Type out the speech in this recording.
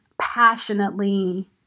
passionately